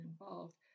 involved